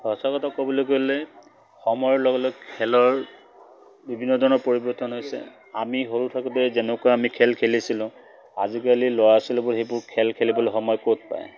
সঁচা কথা ক'বলৈ গ'লে সময়ৰ লগে লগে খেলৰ বিভিন্ন ধৰণৰ পৰিৱৰ্তন হৈছে আমি সৰু থাকোঁতে যেনেকুৱা আমি খেল খেলিছিলোঁ আজিকালি ল'ৰা ছোৱালীবোৰ সেইবোৰ খেল খেলিবলৈ সময় ক'ত পায়